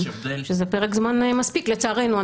שזה פרק זמן מספיק לצערנו.